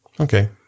Okay